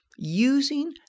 Using